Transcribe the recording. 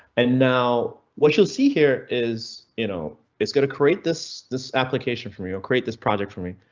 and now what you see here is, you know it's going to create this this application from you will create this project for me.